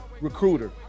recruiter